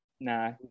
nah